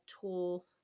tool